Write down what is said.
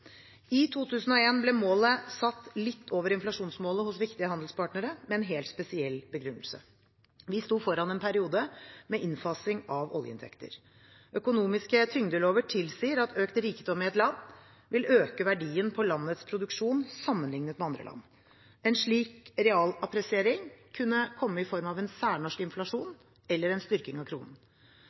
inflasjonsmålet hos viktige handelspartnere med en helt spesiell begrunnelse. Vi sto foran en periode med innfasing av oljeinntekter. Økonomiske tyngdelover tilsier at økt rikdom i et land vil øke verdien på landets produksjon sammenliknet med andre land. En slik realappresiering kunne komme i form av en særnorsk inflasjon eller en styrking av kronen.